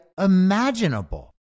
imaginable